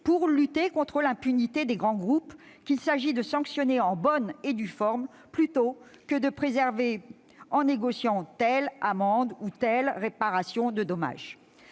pour lutter contre l'impunité des grands groupes qu'il faut sanctionner en bonne et due forme, plutôt que de préserver en négociant telle amende ou telle réparation de dommage.